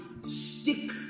Stick